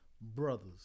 brothers